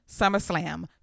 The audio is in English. SummerSlam